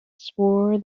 swore